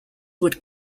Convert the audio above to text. would